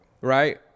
Right